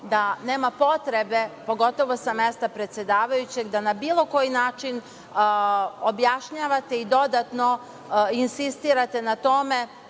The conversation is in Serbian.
da nema potrebe, pogotovo sa mesta predsedavajućeg, da na bilo koji način objašnjavate i dodatno insistirate na tome